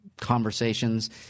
conversations